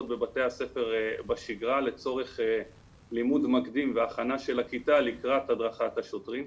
בבתי הספר בשגרה לצורך לימוד מקדים והכנה של הכיתה לקראת הדרכת השוטרים.